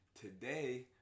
today